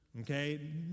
okay